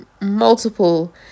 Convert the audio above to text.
multiple